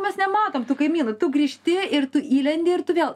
mes nematom tų kaimynų tu grįžti ir tu įlendi ir tu vėl